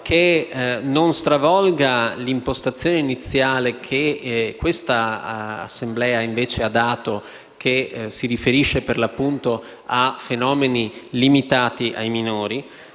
che non ne stravolga l'impostazione iniziale che questa Assemblea gli aveva dato e che si riferisce, per l'appunto, a fenomeni limitati ai minori.